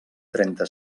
trenta